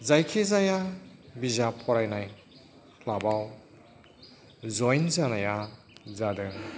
जायखि जाया बिजाब फरायनाय क्लाबाव जयेन जानाया जादों